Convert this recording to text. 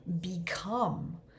become